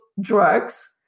drugs